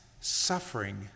suffering